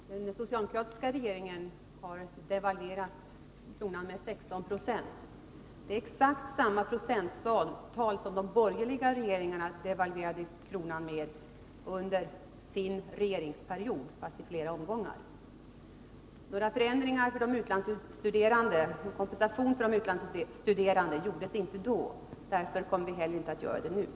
Fru talman! Den socialdemokratiska regeringen har devalverat kronan med 16 20. Det är exakt samma procenttal som de borgerliga regeringarna devalverade kronan med under sin regeringsperiod, fast i flera omgångar. Någon kompensation för de utlandsstuderande gavs inte då. Det kommer inte att ske nu heller.